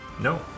No